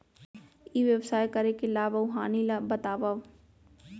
ई व्यवसाय करे के लाभ अऊ हानि ला बतावव?